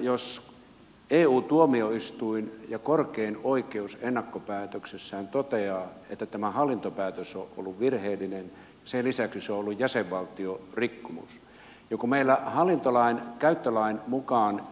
jos eu tuomioistuin ja korkein oikeus ennakkopäätöksessään toteavat että tämä hallintopäätös on ollut virheellinen sen lisäksi se on ollut jäsenvaltiorikkomus ja kun meillä hallintolainkäyttölain mukaan